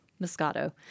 Moscato